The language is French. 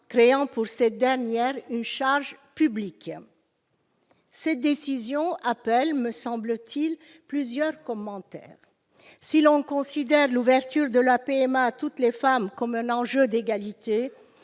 créant ainsi une charge publique. Cette décision appelle, me semble-t-il, plusieurs commentaires. Si l'on considère l'ouverture de la PMA à toutes les femmes comme un enjeu d'égalité,